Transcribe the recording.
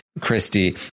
christy